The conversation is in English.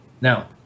Now